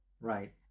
Right